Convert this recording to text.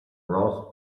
roast